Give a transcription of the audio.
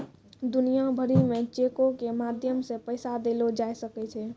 दुनिया भरि मे चेको के माध्यम से पैसा देलो जाय सकै छै